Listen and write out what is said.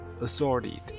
Assorted